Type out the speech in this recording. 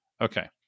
Okay